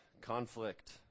conflict